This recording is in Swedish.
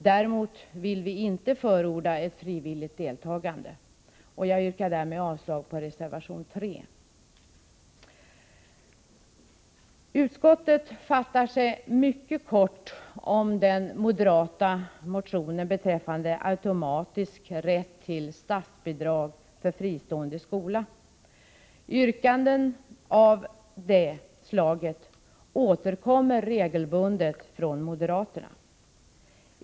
Däremot vill vi inte förorda ett frivilligt deltagande. Jag yrkar därmed avslag på reservation 3. Utskottet fattar sig mycket kort om den moderata motionen beträffande automatisk rätt till statsbidrag för fristående skola. Yrkanden av det slaget återkommer regelbundet från moderaterna.